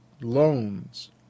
loans